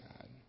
God